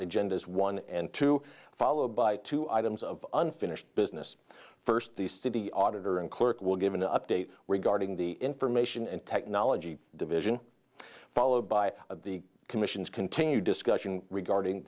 agendas one and two followed by two items of unfinished business first the city auditor and clerk will give an update regarding the information and technology division followed by the commission's continued discussion regarding